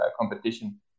competition